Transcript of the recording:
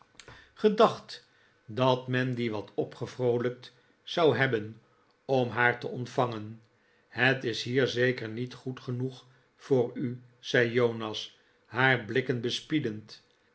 gedacht dat men die wat opgevroolijkt zou hebben om haar te ontvangen het is hier zeker niet goed genoeg voor u zei jonas haar blikken bespiedend